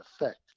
effect